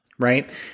right